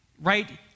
right